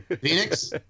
Phoenix